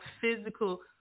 physical